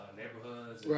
neighborhoods